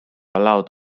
allowed